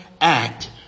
act